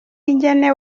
ingene